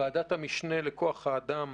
ועדת המשנה לכוח אדם